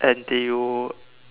NTU